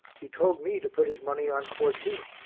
he told me to put his money on fourteen.